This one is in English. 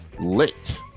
lit